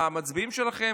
למצביעים שלכם,